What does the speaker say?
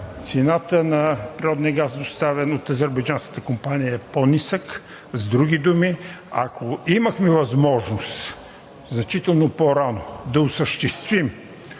цената на природния газ, доставен от азербайджанската компания, е по-нисък. С други думи, ако имахме възможност значително по-рано да осъществим